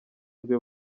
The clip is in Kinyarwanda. rwe